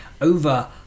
over